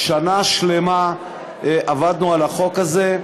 שנה שלמה עבדנו על החוק הזה.